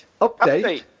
Update